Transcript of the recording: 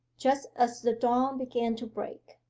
just as the dawn began to break.